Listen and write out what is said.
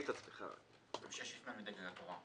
המפלגות צריכות